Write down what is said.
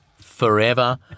forever